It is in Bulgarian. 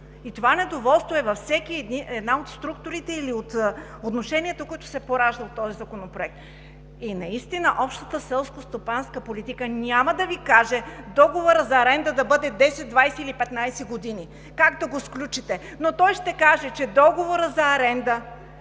И това недоволство е във всяка една от структурите или от отношенията, които се пораждат от този законопроект. Общата селскостопанска политика няма да Ви каже договорът за аренда да бъде 10, 20 или 15 години, как да го сключите, но той ще каже, че договорът за аренда